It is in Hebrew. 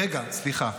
רגע, סליחה.